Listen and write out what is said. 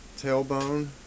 tailbone